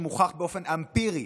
שהוכח באופן אמפירי,